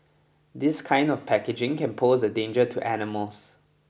this kind of packaging can pose a danger to animals